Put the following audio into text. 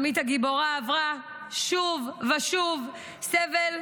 עמית הגיבורה עברה שוב ושוב סבל,